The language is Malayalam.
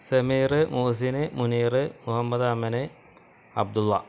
സെമീര് മുഹസിന് മുനീര് മുഹമ്മദ് അമന് അബ്ദുള്ള